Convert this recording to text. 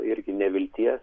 irgi nevilties